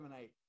eight